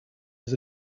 was